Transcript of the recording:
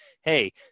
hey